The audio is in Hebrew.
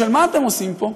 שואל: מה אתם עושים פה?